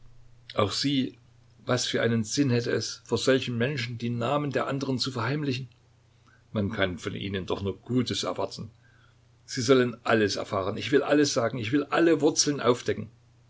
auch sie was für einen sinn hätte es vor solchen menschen die namen der anderen zu verheimlichen man kann von ihnen doch nur gutes erwarten sie sollen alles erfahren ich will alles sagen ich will alle wurzeln aufdecken